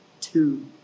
two